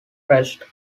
pressed